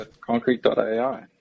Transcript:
Concrete.ai